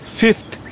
fifth